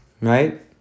right